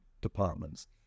departments